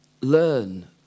learn